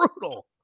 brutal